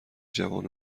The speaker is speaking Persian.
جوان